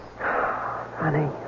Honey